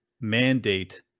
mandate